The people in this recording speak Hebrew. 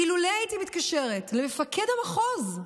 אילולא הייתי מתקשרת למפקד המחוז,